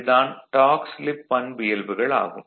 இது தான் dark slip பண்பியல்புகள் ஆகும்